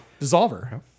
Dissolver